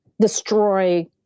destroy